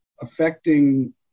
affecting